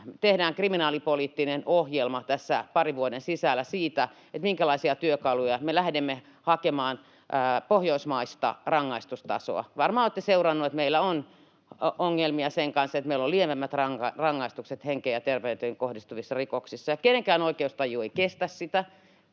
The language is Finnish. tehdään kriminaalipoliittinen ohjelma tässä parin vuoden sisällä siitä, minkälaisia työkaluja me lähdemme hakemaan, pohjoismaista rangaistustasoa. Varmaan olette seuranneet, että meillä on ongelmia sen kanssa, että meillä on lievemmät rangaistukset henkeen ja terveyteen kohdistuvissa rikoksissa, ja kenenkään oikeustaju ei kestä sitä.